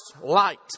light